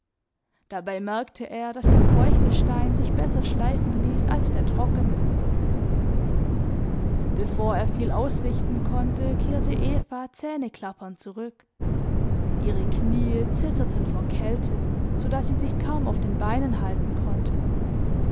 dabei merkte er daß der feuchte stein sich besser schleifen ließ als der trockene bevor er viel ausrichten konnte kehrte eva zähneklappernd zurück ihre knie zitterten vor kälte so daß sie sich kaum auf den beinen halten konnte